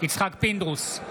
יצחק פינדרוס,